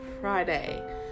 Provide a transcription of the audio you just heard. Friday